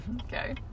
Okay